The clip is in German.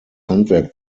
handwerk